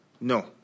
No